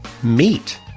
Meat